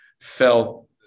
felt